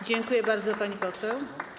Dziękuję bardzo, pani poseł.